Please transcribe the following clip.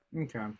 okay